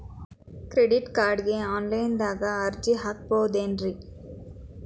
Credit ಕಾರ್ಡ್ಗೆ online ದಾಗ ಅರ್ಜಿ ಹಾಕ್ಬಹುದೇನ್ರಿ?